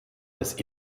des